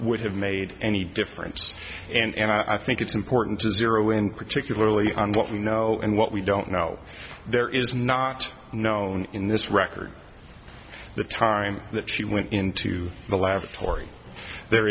would have made any difference and i think it's important to zero in particularly on what we know and what we don't know there is not known in this record the time that she went into the laboratory there